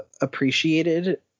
appreciated